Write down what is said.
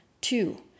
Two